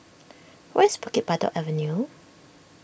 where is Bukit Batok Avenue